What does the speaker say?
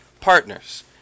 partners